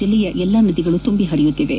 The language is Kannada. ಜಲ್ಲೆಯ ಎಲ್ಲಾ ನದಿಗಳು ತುಂಬಿ ಹರಿಯುತ್ತಿವೆ